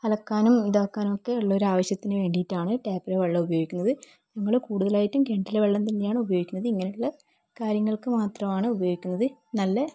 അലക്കാനും ഇതാക്കാനും ഒക്കെ ഉള്ളോരാവശ്യത്തിന് വേണ്ടീട്ടാണ് ടാപ്പിലെ വെള്ളം ഉപയോഗിക്കുന്നത് ഞങ്ങൾ കൂടുതലായിട്ടും കിണറ്റിലെ വെള്ളം തന്നെയാണ് ഉപയോഗിക്കുന്നത് ഇങ്ങനുള്ള കാര്യങ്ങൾക്ക് മാത്രമാണ് ഉപയോഗിക്കുന്നത് നല്ല